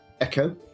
Echo